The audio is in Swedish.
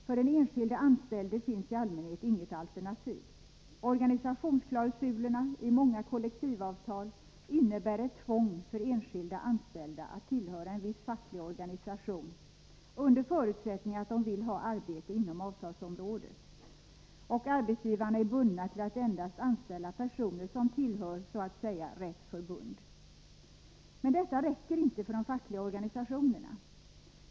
För den enskilde anställde finns i allmänhet inget alternativ. Organisationsklausulerna i många kollektivavtal innebär ett tvång för enskilda anställda att tillhöra en viss facklig organisation om de vill ha arbete inom avtalsområdet, och arbetsgivarna är bundna till att endast anställa personer som tillhör ”rätt” förbund. Men detta räcker inte för de fackliga organisationerna.